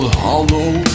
hollow